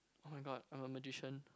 [oh]-my-god I'm a magician